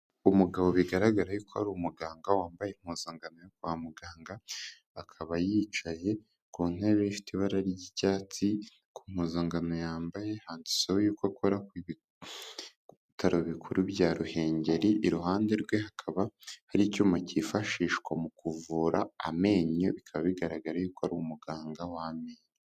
Umugabo bigaragaraye yuko ari umuganga, wambaye impuzangano yo kwa muganga, akaba yicaye ku ntebe ifite ibara ry'icyatsi, ku mpuzangano yambaye handitseho yuko akora ku bitaro bikuru bya Ruhengeri, iruhande rwe hakaba hari icyuma kifashishwa mu kuvura amenyo, bikaba bigaraga yuko ko ari umuganga w'amenyo.